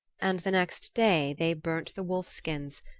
and the next day they burnt the wolfskins,